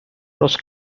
los